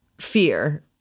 fear